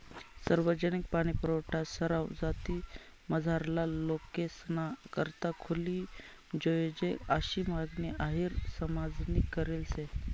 सार्वजनिक पाणीपुरवठा सरवा जातीमझारला लोकेसना करता खुली जोयजे आशी मागणी अहिर समाजनी करेल शे